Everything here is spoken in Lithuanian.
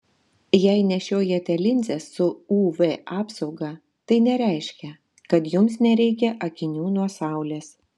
jei nešiojate linzes su uv apsauga tai nereiškia kad jums nereikia akinių nuo saulės